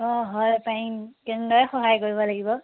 অঁ হয় পাৰিম কেনেদৰে সহায় কৰিব লাগিব